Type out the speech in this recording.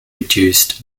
reduced